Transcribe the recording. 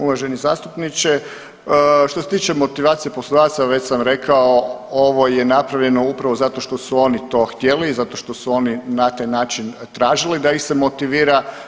Uvaženi zastupniče, što se tiče motivacije poslodavaca već sam rekao ovo je napravljeno upravo zato što su oni to htjeli i zato što su oni na taj način tražili da ih se motivira.